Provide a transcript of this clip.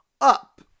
up